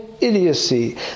idiocy